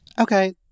Okay